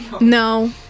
No